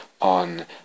on